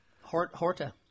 Horta